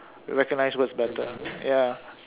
recognize words better ya